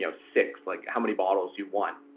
you know six, like how many bottles you want.